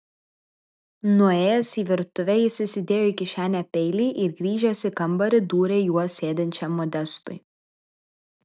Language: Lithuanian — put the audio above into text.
nuėjęs į virtuvę jis įsidėjo į kišenę peilį ir grįžęs į kambarį dūrė juo sėdinčiam modestui